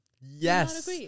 Yes